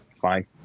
fine